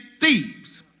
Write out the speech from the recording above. thieves